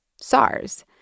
SARS